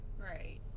Right